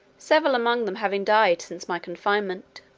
several among them having died since my confinement.